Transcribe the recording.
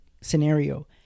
scenario